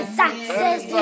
success